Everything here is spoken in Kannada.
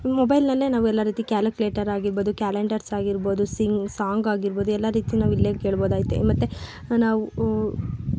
ಮೊಬೈಲ್ನಲ್ಲೇ ನಾವು ಎಲ್ಲ ರೀತಿ ಕ್ಯಾಲುಕ್ಲೇಟರ್ ಆಗಿರ್ಬೋದು ಕ್ಯಾಲೆಂಡರ್ಸ್ ಆಗಿರ್ಬೋದು ಸಿಂಗ್ ಸಾಂಗ್ ಆಗಿರ್ಬೋದು ಎಲ್ಲ ರೀತಿ ನಾವಿಲ್ಲೇ ಕೇಳ್ಬಹುದಾಗುತ್ತೆ ಮತ್ತೆ ನಾವು